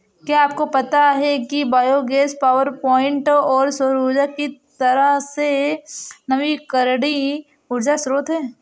क्या आपको पता है कि बायोगैस पावरप्वाइंट सौर ऊर्जा की तरह ही नवीकरणीय ऊर्जा स्रोत है